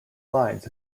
lines